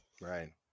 right